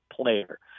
player